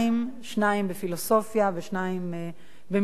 שניים בפילוסופיה ושניים במשפטים.